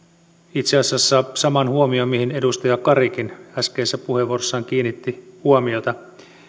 itse asiassa saman huomion mihin edustaja kari äskeisessä puheenvuorossaan kiinnitti huomiota